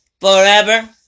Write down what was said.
forever